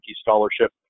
Scholarship